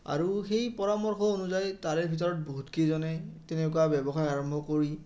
আৰু সেই পৰামৰ্শ অনুযায়ী তাৰে ভিতৰত বহুতকেইজনে তেনেকুৱা ব্যৱসায় আৰম্ভ কৰি